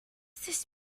this